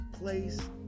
place